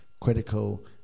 critical